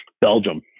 Belgium